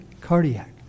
cardiac